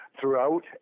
throughout